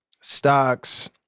Stocks